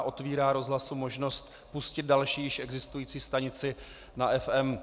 Otevírá rozhlasu možnost pustit další již existující stanici na FM.